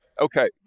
Okay